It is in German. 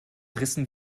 rissen